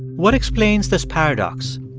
what explains this paradox?